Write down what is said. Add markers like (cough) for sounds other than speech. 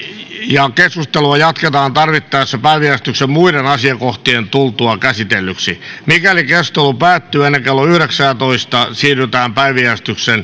ja (unintelligible) keskustelua jatketaan tarvittaessa päiväjärjestyksen muiden asiakohtien tultua käsitellyiksi mikäli keskustelu päättyy ennen kello yhdeksäntoista siirrytään päiväjärjestyksen